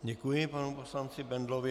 Děkuji panu poslanci Bendlovi.